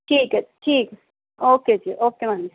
ਠੀਕ ਹੈ ਠੀਕ ਓਕੇ ਜੀ ਓਕੇ ਮੈਮ